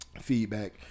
feedback